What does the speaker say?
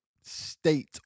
state